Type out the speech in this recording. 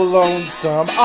lonesome